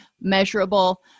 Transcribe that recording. measurable